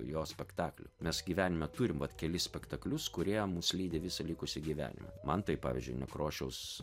jo spektaklių mes gyvenime turim vat kelis spektaklius kurie mus lydi visą likusį gyvenimą man tai pavyzdžiui nekrošiaus